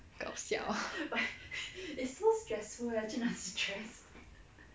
搞笑